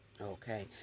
okay